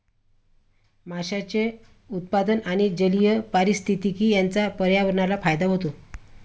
माशांचे उत्पादन आणि जलीय पारिस्थितिकी यांचा पर्यावरणाला फायदा होतो